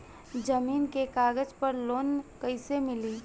जमीन के कागज पर लोन कइसे मिली?